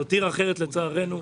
לצערנו,